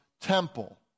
temple